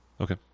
Okay